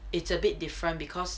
it's a bit different because